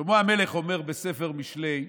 שלמה המלך אומר בספר משלי: